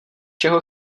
čeho